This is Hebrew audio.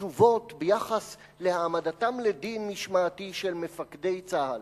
התשובות ביחס להעמדתם לדין משמעתי של מפקדי צה"ל,